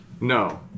No